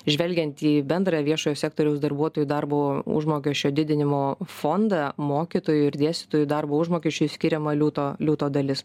žvelgiant į bendrą viešojo sektoriaus darbuotojų darbo užmokesčio didinimo fondą mokytojų ir dėstytojų darbo užmokesčiui skiriama liūto liūto dalis